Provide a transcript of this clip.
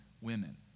women